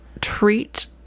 treat